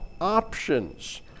options